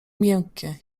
miękkie